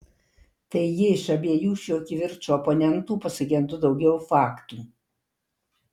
taigi iš abiejų šio kivirčo oponentų pasigendu daugiau faktų